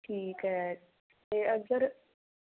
ਠੀਕ ਹੈ ਅਤੇ ਅਗਰ